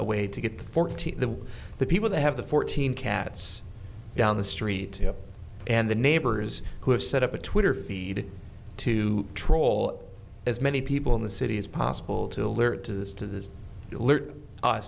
a way to get fourteen that the people they have the fourteen cats down the street and the neighbors who have set up a twitter feed to troll as many people in the city as possible to alert to this to this